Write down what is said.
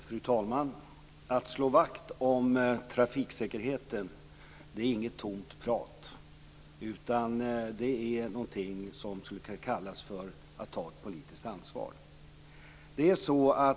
Fru talman! Att tala om att slå vakt om trafiksäkerheten är inte tomt prat, utan det är någonting som skulle kunna kallas för att ta ett politiskt ansvar.